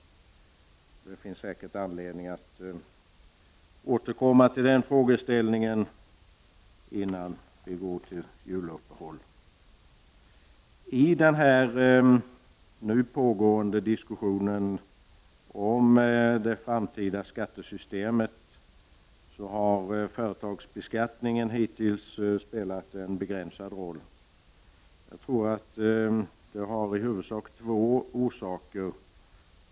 Det finns säkert anledning att återkomma till den frågeställningen före juluppehållet. I den nu pågående diskussionen om det framtida skattesystemet har företagsbeskattningen hittills spelat en begränsad roll. Jag tror att det i huvudsak har två orsaker.